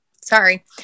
sorry